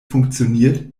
funktioniert